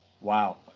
Wow